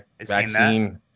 vaccine